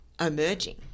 emerging